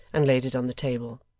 and laid it on the table.